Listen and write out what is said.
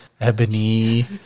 ebony